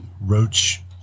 roach